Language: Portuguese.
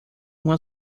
uma